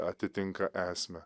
atitinka esmę